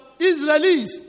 Israelis